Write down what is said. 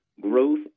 growth